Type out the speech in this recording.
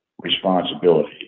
responsibility